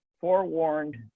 Forewarned